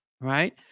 right